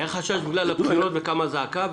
היה חשש בגלל הבחירות וקמה זעקה,